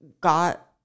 got